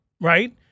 right